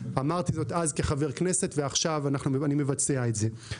אמרתי זאת אז כחבר כנסת ועכשיו אני מבצע את זה.